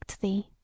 thee